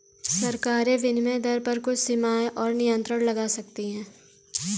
सरकारें विनिमय दर पर कुछ सीमाएँ और नियंत्रण लगा सकती हैं